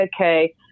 okay